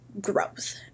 growth